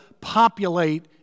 populate